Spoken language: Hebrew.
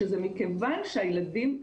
שזה מכיוון שהילדים,